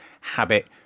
habit